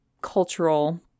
cultural